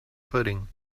footing